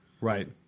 Right